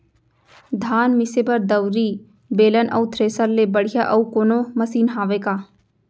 धान मिसे बर दउरी, बेलन अऊ थ्रेसर ले बढ़िया अऊ कोनो मशीन हावे का?